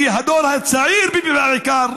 כי הדור הצעיר, בעיקר,